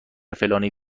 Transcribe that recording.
فلانی